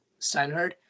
Steinhardt